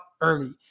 early